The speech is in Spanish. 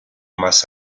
más